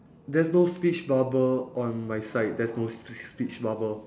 there's no speech bubble on my side there's no sp~ speech bubble